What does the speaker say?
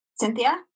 Cynthia